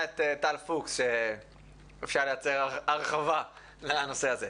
את טל פוקס שאפשר לייצר הרחבה לנושא הזה.